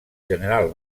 general